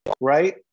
right